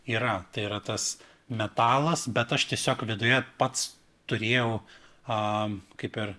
yra tai yra tas metalas bet aš tiesiog viduje pats turėjau a kaip ir